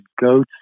goats